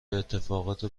اتفاقات